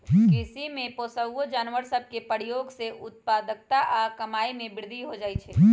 कृषि में पोअउऔ जानवर सभ के प्रयोग से उत्पादकता आऽ कमाइ में वृद्धि हो जाइ छइ